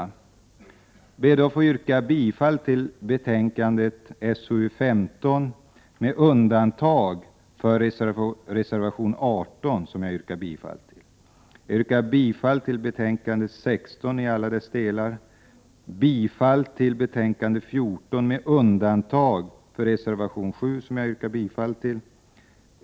Jag ber att få yrka bifall till hemställan i SoU 15, med undantag för reservation 18, som jag yrkar bifall till. Jag yrkar bifall till alla delar i betänkandet 16. Jag yrkar bifall till hemställan i betänkandet 14, med undantag för reservation 7, som jag yrkar bifall till.